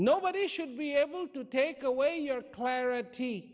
nobody should be able to take away your clarity